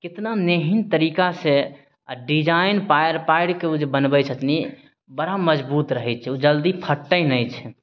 कितना मेहीन तरीका से आ डिजाइन पारि पारिके ओ जे बनबै छथिन बड़ा मजबूत रहै छै ओ जल्दी फटै नहि छै